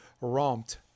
romped